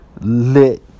lit